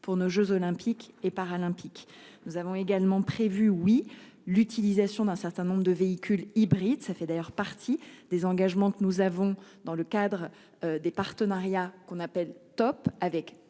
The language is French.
pour nos jeux olympiques et paralympiques. Nous avons également prévu oui. L'utilisation d'un certain nombre de véhicules hybrides. Ça fait d'ailleurs partie des engagements que nous avons dans le cadre des partenariats qu'on appelle Top avec